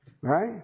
Right